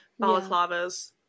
balaclavas